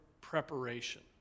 Preparation